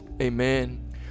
Amen